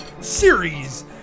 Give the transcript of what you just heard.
series